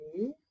okay